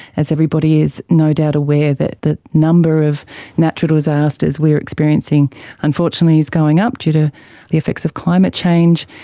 as everybody is no doubt aware, that the number of natural disasters we are experiencing unfortunately is going up due to the effects of climate change,